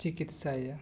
ᱪᱤᱠᱤᱛᱥᱟᱭᱮᱭᱟ